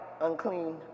unclean